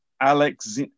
Alex